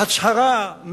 הצהרה,